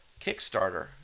Kickstarter